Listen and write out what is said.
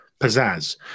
pizzazz